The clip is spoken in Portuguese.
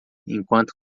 enquanto